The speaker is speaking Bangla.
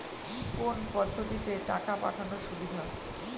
কোন পদ্ধতিতে টাকা পাঠানো সুবিধা?